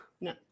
No